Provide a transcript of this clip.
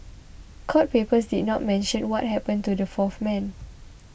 court papers did not mention what happened to the fourth man